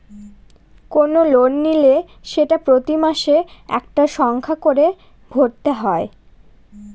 কোনো লোন নিলে সেটা প্রতি মাসে একটা সংখ্যা করে ভরতে হয়